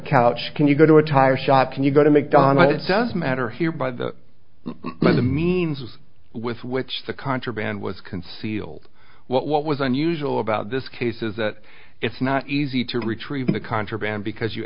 couch can you go to a tire shop can you go to mcdonald's it does matter here by the the means with which the contraband was concealed what was unusual about this case is that it's not easy to retrieve the contraband because you